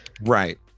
Right